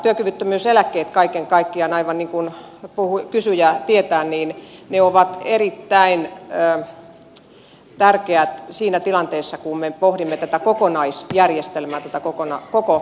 työkyvyttömyyseläkkeet kaiken kaikkiaan aivan niin kuin kysyjä tietää ovat erittäin tärkeät siinä tilanteessa kun me pohdimme tätä kokonaisjärjestelmää tätä koko eläkejärjestelmää